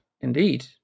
indeed